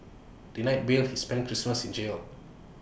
denied bail he spent Christmas in jail